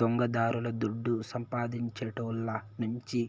దొంగదారుల దుడ్డు సంపాదించేటోళ్ళ నుంచి